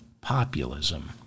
populism